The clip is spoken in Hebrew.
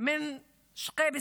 משגב שלום,